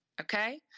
Okay